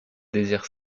désire